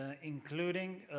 ah including